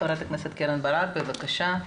ח"כ קרן ברק בבקשה.